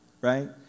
right